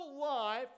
life